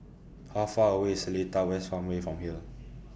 How Far away Seletar West Farmway from here